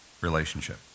relationship